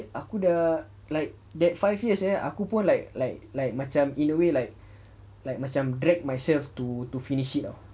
aku dah like that five years eh aku pun like like like macam in a way like macam drag myself to to finish it ah